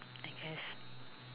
I guess